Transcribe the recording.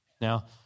Now